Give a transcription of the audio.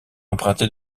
emprunter